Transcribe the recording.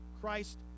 Christ